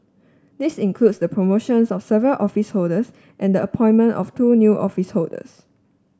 this includes the promotions of several office holders and the appointment of two new office holders